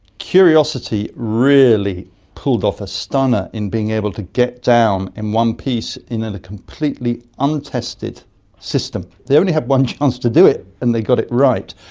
curiosity really pulled off a stunner in being able to get down in one piece in and a completely untested system. they only had one chance to do it and they got it right.